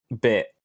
bit